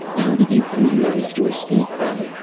how did you three manage to escape, then?